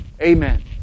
Amen